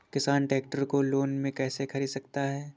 किसान ट्रैक्टर को लोन में कैसे ख़रीद सकता है?